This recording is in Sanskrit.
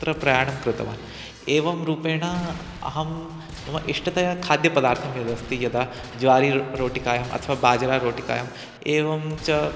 तत्र प्रयाणं कृतवान् एवं रूपेण अहं मम इष्टतमखाद्यपदार्थं यदस्ति यदा ज्वारि रो रोटिका अथवा बाजरा रोटिका एवं च